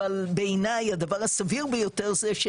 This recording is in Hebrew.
אבל בעיניי הדבר הסביר ביותר זה,